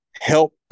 help